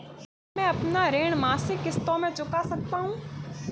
क्या मैं अपना ऋण मासिक किश्तों में चुका सकता हूँ?